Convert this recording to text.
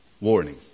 warning